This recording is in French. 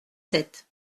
sept